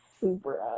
Super